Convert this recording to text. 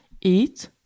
Eat